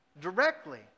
directly